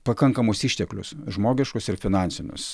pakankamus išteklius žmogiškus ir finansinius